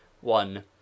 One